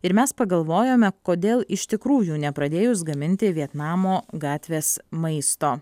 ir mes pagalvojome kodėl iš tikrųjų nepradėjus gaminti vietnamo gatvės maisto